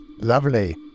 Lovely